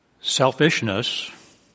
Selfishness